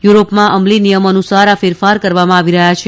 યુરોપમાં અમલી નિયમો અનુસાર આ ફેરફાર કરવામાં આવી રહ્યા છે